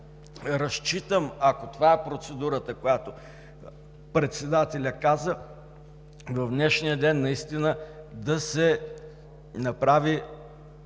Разчитам, ако това е процедурата, която председателят каза, в днешния ден наистина да се направи